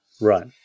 Right